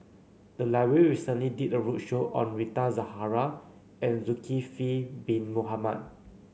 the library recently did a roadshow on Rita Zahara and Zulkifli Bin Mohamed